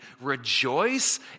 Rejoice